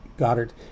Goddard